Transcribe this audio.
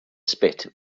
spit